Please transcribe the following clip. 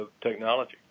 technology